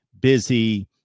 busy